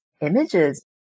images